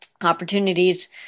Opportunities